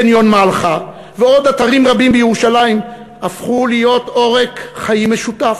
קניון מלחה ועוד אתרים רבים בירושלים הפכו להיות עורק חיים משותף.